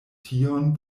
tion